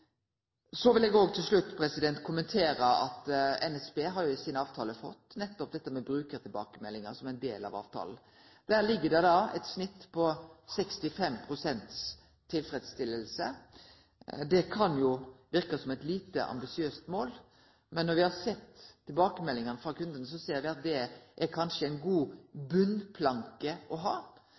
Så vil eg til slutt kommentere at NSB i sin avtale nettopp har fått dette med brukartilbakemeldingar som ein del av avtalen. Der ligg det eit snitt på 65 pst. tilfredsheit. Det kan verke som eit lite ambisiøst mål, men når me har sett tilbakemeldingane frå kundene, ser me at det kanskje er ein god botnplanke å ha,